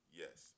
yes